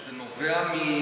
זה נובע מהגבלה